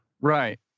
Right